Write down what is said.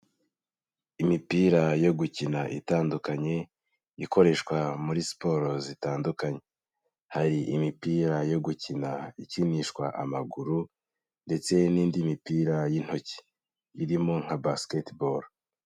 Imipira yo gukina itandukanye ikoreshwa muri siporo zitandukanye, hari imipira yo gukina ikinishwa amaguru ndetse n'indi mipira y'intoki irimo nka basiketibolo.